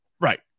Right